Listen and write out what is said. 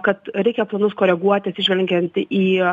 kad reikia planus koreguoti atsižvelgiant į